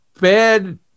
bad